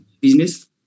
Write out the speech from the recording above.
business